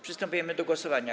Przystępujemy do głosowania.